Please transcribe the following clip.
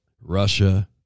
Russia